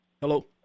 Hello